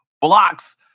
blocks